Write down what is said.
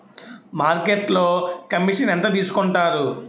మార్కెట్లో కమిషన్ ఎంత తీసుకొంటారు?